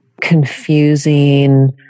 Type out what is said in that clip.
confusing